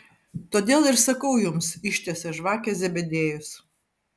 todėl ir sakau jums ištiesė žvakę zebediejus